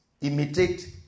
imitate